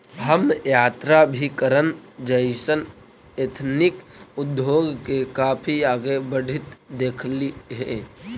हम यात्राभिकरण जइसन एथनिक उद्योग के काफी आगे बढ़ित देखली हे